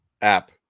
App